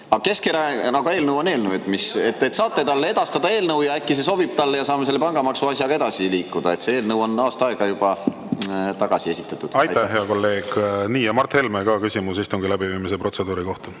Keskerakonna eelnõu. Ehk saate talle edastada eelnõu ja äkki see sobib talle ja saame selle pangamaksu asjaga edasi liikuda. See eelnõu on juba aasta aega tagasi esitatud. Aitäh, hea kolleeg! Mart Helme, küsimus istungi läbiviimise protseduuri kohta.